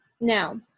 Now